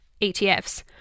ETFs